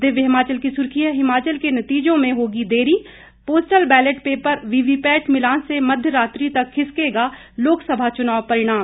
दिव्य हिमाचल की सुर्खी है हिमाचल के नतीजों में होगी देरी पोस्टल बैलेट पेपर वीवीपैट मिलान से मध्य राखि तक खिसकेगा लोकसभा चुनाव परिणाम